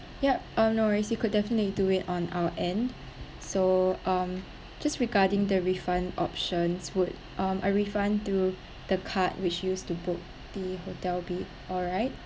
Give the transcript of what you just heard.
yup um no worries you could definitely do it on our end so um just regarding the refund options would um a refund to the card which used to book the hotel be alright